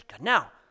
Now